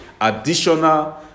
additional